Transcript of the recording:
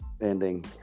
Ending